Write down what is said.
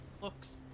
Looks